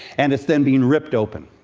and it's then being ripped open.